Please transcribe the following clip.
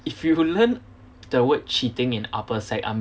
if you learn the word cheating in upper sec I'm